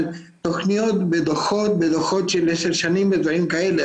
תוכניות בדוחות של עשר שנים ודברים כאלה,